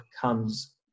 comes